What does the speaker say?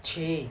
!chey!